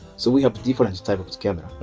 so we have different type of camera.